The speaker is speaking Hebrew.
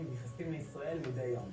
על מנת שיהיה לעובד בסוף,